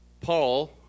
Paul